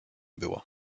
było